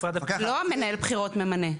לא מנהל הבחירות ממנה,